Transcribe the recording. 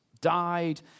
died